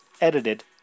edited